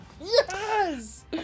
Yes